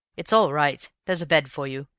it's all right. there's a bed for you.